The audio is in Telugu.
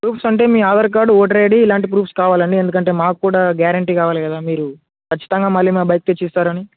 ప్రూఫ్స్ అంటే మీ ఆధార్ కార్డు వోటర్ ఐడి ఇలాంటి ప్రూఫ్స్ కావాలండి ఎందుకంటే మాకు కూడా గ్యారంటీ కావాలి కదా మీరు ఖచ్చితంగా మళ్ళీ మా బైక్ తెచ్చి ఇస్తారని